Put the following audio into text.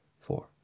four